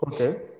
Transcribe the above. Okay